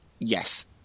Yes